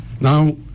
Now